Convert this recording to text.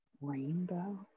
rainbow